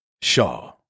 Shaw